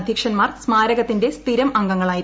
അധ്യക്ഷൻമാർ സ്മാരകത്തിന്റെ സ്ഥിരം അംഗങ്ങളായിരുന്നു